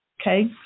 okay